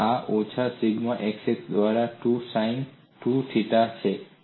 અને આ ઓછા સિગ્મા xx દ્વારા 2 સાઈન 2 થીટા છે